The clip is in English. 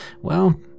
Well